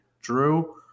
Drew